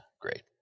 Great